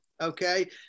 Okay